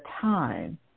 time